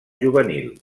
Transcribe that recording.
juvenil